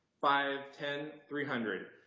five, ten, three hundred,